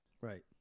Right